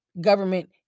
Government